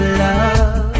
love